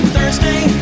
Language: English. Thursday